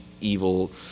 evil